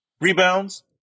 Rebounds